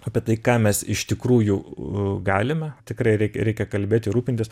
apie tai ką mes iš tikrųjų galime tikrai reik reikia kalbėti ir rūpintis